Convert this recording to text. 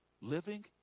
living